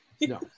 no